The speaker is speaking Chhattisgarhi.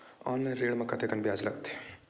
ऑनलाइन ऋण म कतेकन ब्याज लगथे?